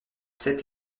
sept